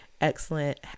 excellent